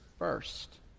First